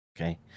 okay